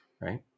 right